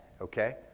okay